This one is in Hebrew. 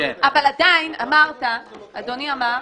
אבל עדיין אדוני אמר,